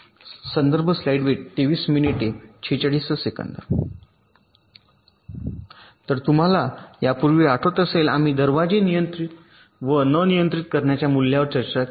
तर यापूर्वी तुम्हाला आठवत असेल आम्ही दरवाजे नियंत्रित व न नियंत्रित करण्याच्या मूल्यांवर चर्चा केली